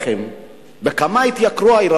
בכמה התייקר הלחם?